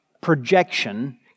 projection